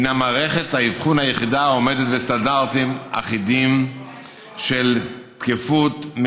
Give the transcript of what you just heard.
הינה מערכת האבחון היחידה העומדת בסטנדרטים אחידים של תקפות,